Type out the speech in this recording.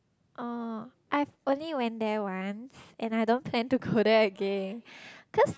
oh I only went there once and I don't plan to go there again cause